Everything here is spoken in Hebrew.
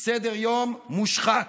סדר-יום מושחת.